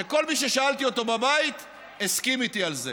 וכל מי ששאלתי אותו בבית הסכים איתי על זה.